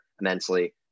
immensely